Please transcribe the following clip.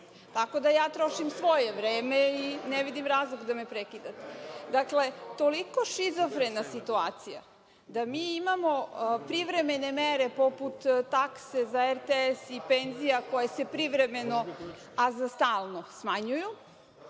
tako da ja trošim svoje vreme i ne vidim razlog da me prekidate. Dakle, toliko šizofrena situacija, da mi imamo privremene mere poput takse za RTS i penzija koje se privremeno, a za stalno, smanjuju,